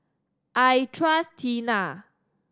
I trust Tena